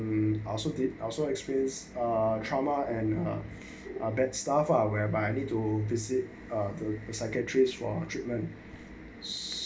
and also did also experience a trauma and um bad stuff lah whereby you need to visit a psychiatrist for treatment